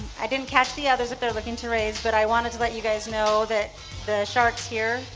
i didn't catch the others if they're looking to raise, but i wanted to let you guys know that the sharks here,